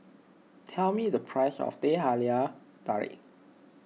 tell me the price of Teh Halia Tarik